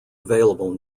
available